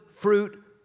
fruit